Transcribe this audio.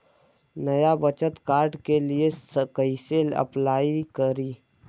नया बचत कार्ड के लिए कइसे अपलाई करी?